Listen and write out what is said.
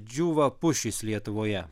džiūva pušys lietuvoje